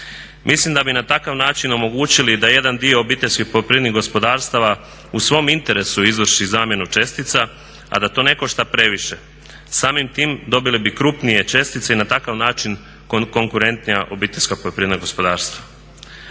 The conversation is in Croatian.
Mislim da bi na takav način omogućili da jedan dio obiteljskih poljoprivrednih gospodarstava u svom interesu izvrši zamjenu čestica a da to ne košta previše. Samim time dobili bi krupnije čestice i na takav način konkurentnija obiteljska poljoprivredna gospodarstva.